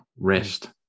rest